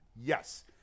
yes